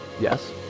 yes